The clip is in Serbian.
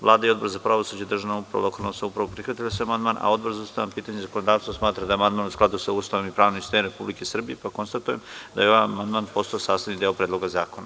Vlada i Odbor za pravosuđe, državnu upravu i lokalnu samoupravu prihvatili su amandman, a Odbor za ustavna pitanja i zakonodavstvo smatra da je amandman u skladu sa Ustavom i pravnim sistemom Republike Srbije, pa konstatujem da je ovaj amandman postao sastavni deo Predloga zakona.